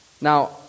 Now